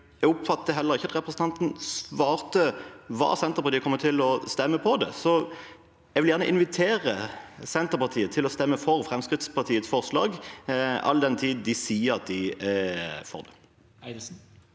Jeg oppfattet heller ikke at representanten svarte på hvordan Senterpartiet kommer til å stemme, så jeg vil gjerne invitere Senterpartiet til å stemme for Fremskrittspartiets forslag, all den tid de sier at de er for det.